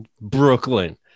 Brooklyn